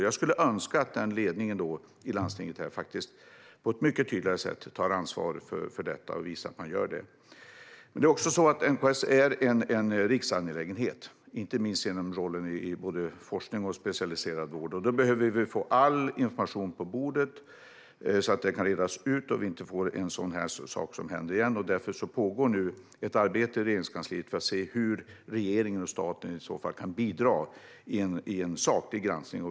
Jag skulle önska att ledningen i landstinget på ett mycket tydligare sätt visar att man tar ansvar. Men NKS är också en riksangelägenhet, inte minst för forskningen och den specialiserade vården. Vi behöver få all information på bordet så att alla frågor kan redas ut och en sådan sak inte händer igen. Därför pågår nu ett arbete i Regeringskansliet för att se hur regeringen och staten i så fall kan bidra i en saklig granskning.